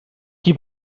qui